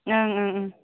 ओं ओं ओं